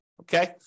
Okay